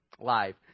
live